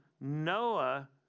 Noah